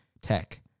tech